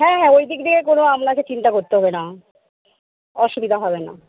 হ্যাঁ হ্যাঁ ওইদিক দিয়ে কোনো আপনাকে চিন্তা করতে হবে না অসুবিধা হবে না